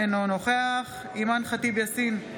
אינו נוכח אימאן ח'טיב יאסין,